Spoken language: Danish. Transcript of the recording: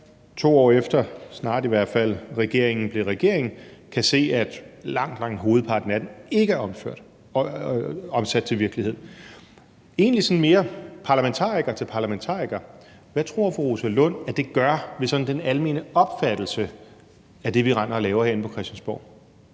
to efter, snart i hvert fald, at regeringen blev regering, kan se, at langt, langt hovedparten af programmet ikke er omsat til virkelighed. Hvad tror fru Rosa Lund, parlamentariker til parlamentariker, det gør ved den almene opfattelse af det, vi render og laver herinde på Christiansborg?